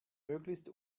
möglichst